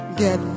get